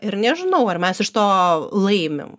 ir nežinau ar mes iš to laimim